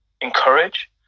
encourage